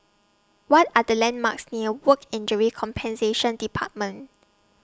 What Are The landmarks near Work Injury Compensation department